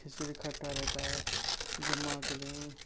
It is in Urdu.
کھچڑی کھٹا رہتا ہے جمعہ کے دن